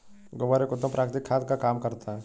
गोबर एक उत्तम प्राकृतिक खाद का काम करता है